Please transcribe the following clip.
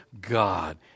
God